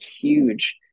huge